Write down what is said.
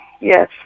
Yes